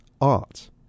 art